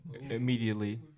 immediately